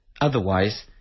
Otherwise